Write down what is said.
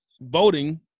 voting